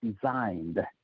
designed